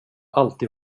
alltid